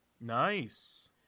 Nice